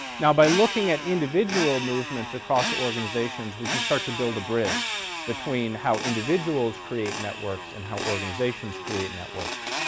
now by looking at individual movements across the organizations we can start to build a bridge between how individuals create networks and how organizations create networks.